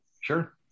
Sure